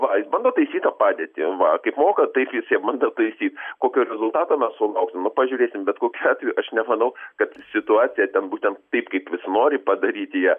va jis bando taisyt tą padėtį va kaip moka taip jis ją bando taisyt kokio rezultato mes sulauksim nu pažiūrėsim bet kokiu atveju aš nemanau kad situacija ten būtent taip kaip jis nori padaryti ją